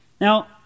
Now